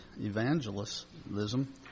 evangelism